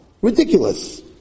Ridiculous